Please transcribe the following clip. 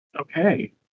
Okay